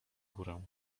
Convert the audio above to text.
górę